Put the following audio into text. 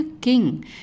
king